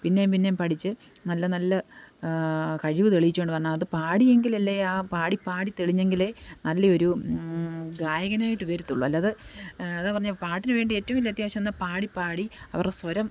പിന്നേയും പിന്നേയും പഠിച്ച് നല്ല നല്ല കഴിവ് തെളിയിച്ചുകൊണ്ട് വന്ന് അത് പാടിയെങ്കിൽ അല്ലേ ആ പാടിപ്പാടി തെളിഞ്ഞെങ്കിലെ നല്ലെയൊരു ഗായകനായിട്ട് വരത്തുള്ളൂ അല്ലാതെ അതാണ് പറഞ്ഞത് പാട്ടിന് വേണ്ടി ഏറ്റവും വലിയ അത്യാവശ്യം എന്നാൽ പാടിപ്പാടി അവരുടെ സ്വരം